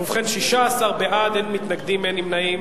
ובכן, 16 בעד, אין מתנגדים, אין נמנעים.